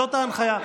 זו ההנחיה.